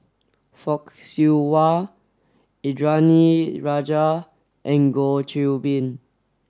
Fock Siew Wah Indranee Rajah and Goh Qiu Bin